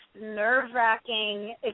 nerve-wracking